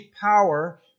power